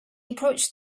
approached